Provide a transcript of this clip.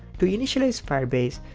to initialize firebase,